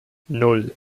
nan